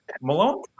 Malone